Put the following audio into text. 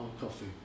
coffee